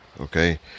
Okay